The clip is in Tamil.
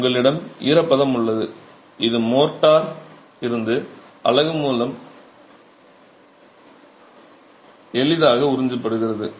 உங்களிடம் ஈரப்பதம் உள்ளது இது மோர்ட்டார் இருந்து அலகு மூலம் எளிதாக உறிஞ்சப்படுகிறது